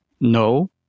no